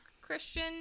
christian